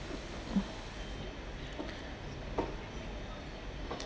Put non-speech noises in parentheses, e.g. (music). mm (noise)